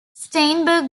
steinberg